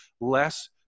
less